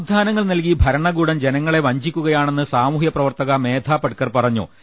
വാഗ്ദാനങ്ങൾ നൽകി ഭരണകൂടം ജനങ്ങളെ വഞ്ചിക്കുകയാ ണെന്ന് സാമൂഹ്യപ്രവർത്തക മേധാപട്കർ പറഞ്ഞു